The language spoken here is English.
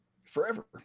Forever